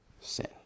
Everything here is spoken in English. sin